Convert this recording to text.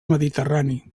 mediterrani